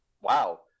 wow